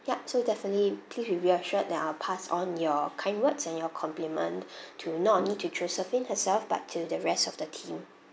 yup so definitely please be reassured that I'll pass on your kind words and your compliment to not only josephine herself but to the rest of the team